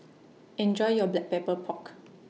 Enjoy your Black Pepper Pork